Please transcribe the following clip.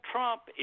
Trump